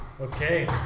Okay